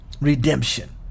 Redemption